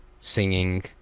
singing